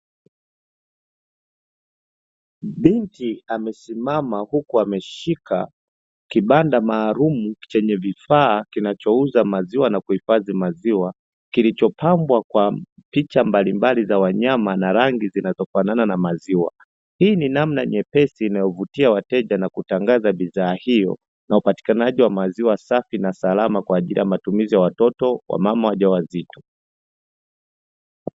Binti amesimama huku ameshika kibanda maalumu chenye vifaa kinachouza maziwa na kuhifadhi maziwa, kilichopambwa kwa picha mbalimbali za wanyama na rangi zinazofanana na maziwa; hii ni namna nyepesi inayovutia wateja na kutangaza bidhaa hiyo, na upatikanaji wa maziwa safi na salama kwa ajili ya matumizi ya watoto wamama wajawazito.